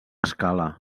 escala